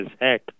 Heck